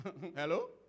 Hello